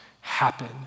happen